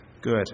good